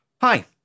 Hi